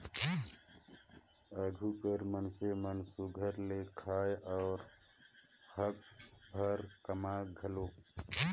आघु कर मइनसे मन सुग्घर ले खाएं अउ हक भेर कमाएं घलो